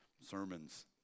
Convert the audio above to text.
sermons